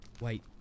Wait